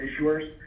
issuers